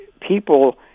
people